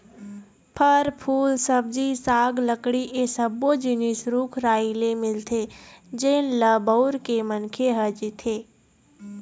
फर, फूल, सब्जी साग, लकड़ी ए सब्बो जिनिस रूख राई ले मिलथे जेन ल बउर के मनखे ह जीथे